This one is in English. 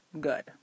good